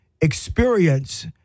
experience